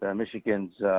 ah michigan's,